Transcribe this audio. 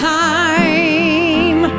time